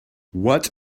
what